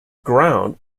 ground